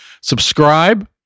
subscribe